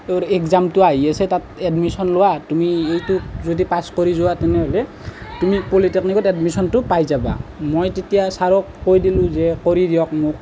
তোৰ এক্সামটো আহি আছে তাত এডমিছন লোৱা তুমি এইটোত যদি পাছ কৰি যোৱা তেনেহ'লে তুমি পলিটেকনিকত এডমিশ্যনটো পাই যাবা মই তেতিয়া ছাৰক কৈ দিলোঁ যে কৰি দিয়ক মোক